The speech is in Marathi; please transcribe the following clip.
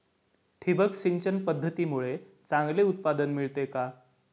ठिबक सिंचन पद्धतीमुळे चांगले उत्पादन मिळते का?